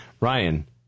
Ryan